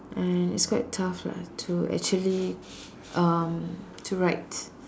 and it's quite tough lah to actually um to write